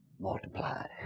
multiplied